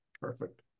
perfect